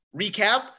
recap